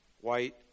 White